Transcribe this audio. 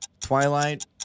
Twilight